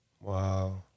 Wow